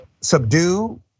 subdue